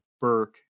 Burke